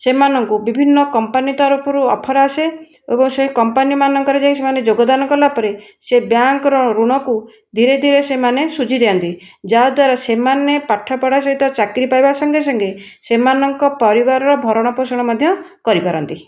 ସେମାନଙ୍କୁ ବିଭିନ୍ନ କମ୍ପାନୀ ତରଫରୁ ଅଫର ଆସେ ଏବଂ ସେ କମ୍ପାନୀମାନଙ୍କରେ ଯାଇ ସେମାନେ ଯୋଗଦାନ କଲାପରେ ସେ ବ୍ୟାଙ୍କ୍ର ଋଣକୁ ଧୀରେଧୀରେ ସେମାନେ ଶୁଝିଦିଅନ୍ତି ଯାହାଦ୍ୱାରା ସେମାନେ ପାଠପଢ଼ା ସହିତ ଚାକିରି ପାଇବା ସଙ୍ଗେସଙ୍ଗେ ସେମାନଙ୍କ ପରିବାରର ଭରଣ ପୋଷଣ ମଧ୍ୟ କରିପାରନ୍ତି